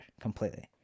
completely